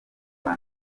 kuva